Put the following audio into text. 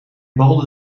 balde